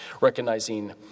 recognizing